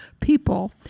people